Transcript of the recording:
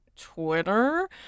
Twitter